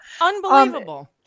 unbelievable